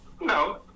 No